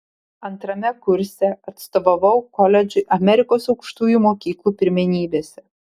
antrame kurse atstovavau koledžui amerikos aukštųjų mokyklų pirmenybėse